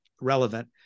Relevant